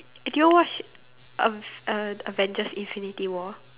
do you watch uh uh Avengers Infinity War